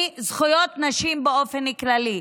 מזכויות נשים באופן כללי.